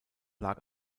lag